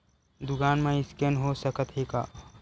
दुकान मा स्कैन हो सकत हे का?